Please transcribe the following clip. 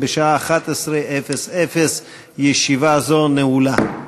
בשעה 11:00. ישיבה זו נעולה.